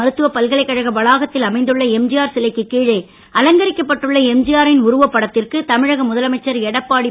மருத்துவ பல்கலைக்கழக வளாகத்தில் அமைந்துள்ள எம்ஜிஆர் சிலைக்கு கீழே அலங்கரிக்கப்பட்டுள்ள எம்ஜிஆரின் உருவப் படத்திற்கு தமிழக முதலமைச்சர் எடப்பாடி திரு